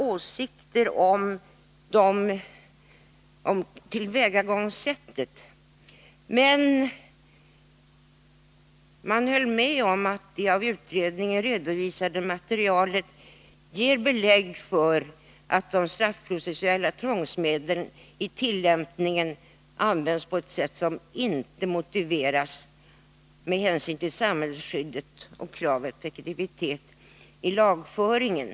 Åsikterna var i varje fall motstridiga. Man höll med om att det av utredningen redovisade materialet ger belägg för att de straffprocessuella tvångsmedlen i tillämpningen används på ett sätt som inte motiveras med hänsyn till samhällsskyddet och kravet på effektivitet i lagföringen.